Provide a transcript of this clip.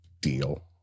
deal